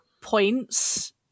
points